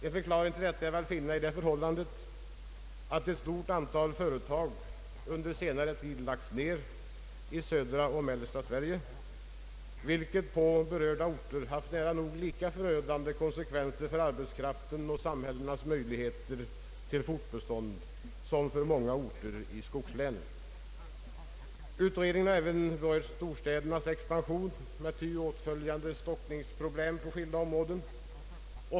En förklaring till detta är väl att finna i det förhållandet att ett stort antal företag under senare tid lagts ned i södra och mellersta Sverige, vilket på berörda orter haft nära nog lika förödande konsekvenser för arbetskraften och samhällenas möjligheter till fortbestånd som utvecklingen på många orter i skogslänen. Utredningen har även berört storstädernas expansion med ty åtföljande stockningsproblem på skilda områden.